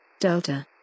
Delta